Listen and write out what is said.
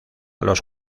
los